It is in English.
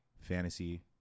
fantasy